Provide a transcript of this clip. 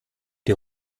die